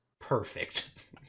Perfect